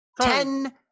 Ten